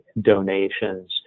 donations